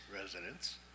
residents